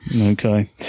Okay